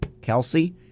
Kelsey